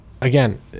Again